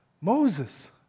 Moses